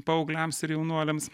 paaugliams ir jaunuoliams